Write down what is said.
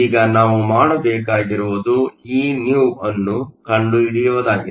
ಈಗ ನಾವು ಮಾಡಬೇಕಾಗಿರುವುದು Vnew ನ್ನು ಕಂಡುಹಿಡಿಯುವುದಾಗಿದೆ